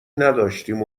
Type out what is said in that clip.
نداشتیم